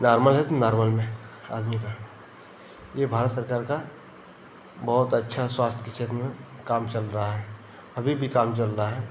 normal है तो normal में आदमी का ये भारत सरकार का बहुत अच्छा स्वास्थय के क्षेत्र में काम चल रहा है अभी भी काम चल रहा है